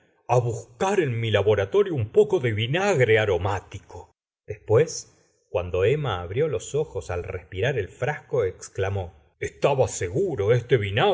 á buscar en mi laboratorio un poco de vinagre aromático después cuando emma abrió los ojos el respirar el frasco ex clamó estaba seguro este